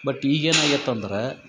but ಈಗ ಏನಾಗೈತಂದ್ರ